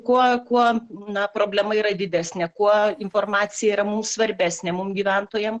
kuo kuo na problema yra didesnė kuo informacija yra mums svarbesnė mum gyventojam